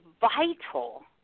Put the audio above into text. vital